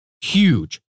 huge